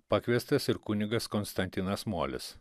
pakviestas ir kunigas konstantinas molis